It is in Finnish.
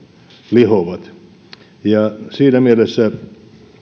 lihovat siinä mielessä